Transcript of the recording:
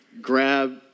grab